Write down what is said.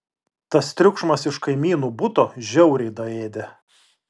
tas triukšmas iš kaimynų buto žiauriai daėdė